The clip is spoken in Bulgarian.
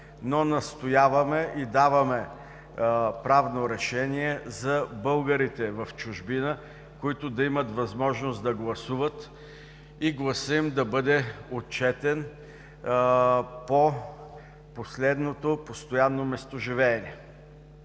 но настояваме и даваме правно решение за българите в чужбина, които да имат възможност да гласуват и гласът им да бъде отчетен по последното постоянно местоживеене.